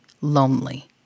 lonely